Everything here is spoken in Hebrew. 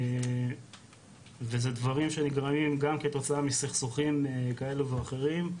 וזה דברים שנגרמים גם כתוצאה מסכסוכים כאלה ואחרים,